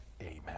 Amen